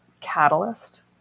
catalyst